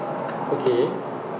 okay